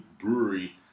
brewery